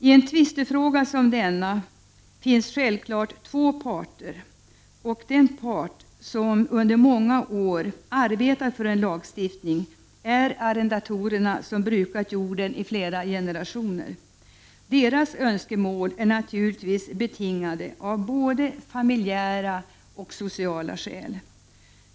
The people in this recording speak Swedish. I en tvistefråga som denna finns det självfallet två parter. Den part som under många år har arbetat för en lagstiftning är de arrendatorer som har brukat jorden i flera generationer. Deras önskemål är naturligtvis betingade av både familjära och sociala skäl.